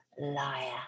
liar